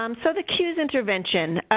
um so, the cues intervention.